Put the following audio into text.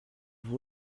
vous